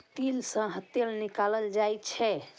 तिल सं तेल निकालल जाइ छै